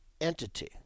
entity